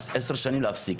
עשר שנים להפסיק.